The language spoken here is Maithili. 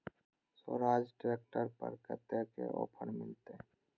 स्वराज ट्रैक्टर पर कतेक ऑफर मिलते?